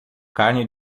carne